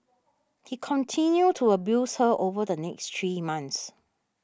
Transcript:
he continued to abuse her over the next three months